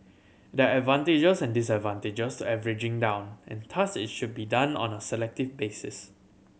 there are advantages and disadvantages averaging down and thus it should be done on a selective basis